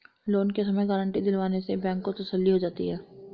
loan के समय guarantee दिलवाने से बैंक को तसल्ली हो जाती है